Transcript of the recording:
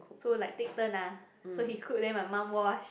so like take turn ah so he cook then my mum wash